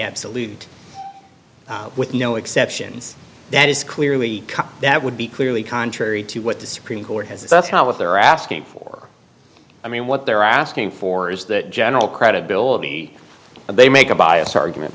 absolute with no exceptions that is clearly that would be clearly contrary to what the supreme court has that's what they're asking for i mean what they're asking for is that general credibility they make a bias argument